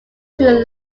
too